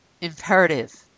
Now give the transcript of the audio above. imperative